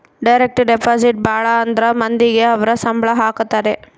direct deposit ಭಾಳ ಅಂದ್ರ ಮಂದಿಗೆ ಅವ್ರ ಸಂಬ್ಳ ಹಾಕತರೆ